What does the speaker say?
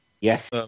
Yes